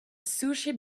sushi